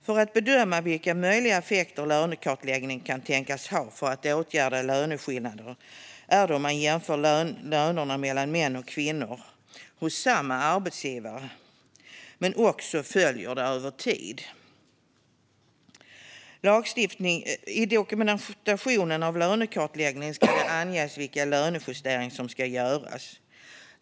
För att bedöma vilka möjliga effekter lönekartläggning kan tänkas ha för att åtgärda löneskillnader jämför man lönerna mellan män och kvinnor hos samma arbetsgivare men följer dem också över tid. I dokumentationen av lönekartläggningen ska det anges vilka lönejusteringar som ska göras.